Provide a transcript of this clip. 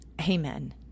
amen